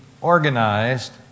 organized